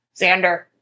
Xander